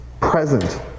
present